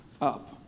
up